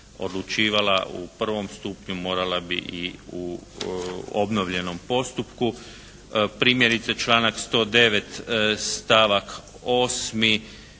odlučivala u prvom stupnju morala bi i u obnovljenom postupku. Primjerice članak 109. stavak 8.